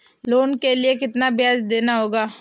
Loan के लिए कितना ब्याज देना होगा?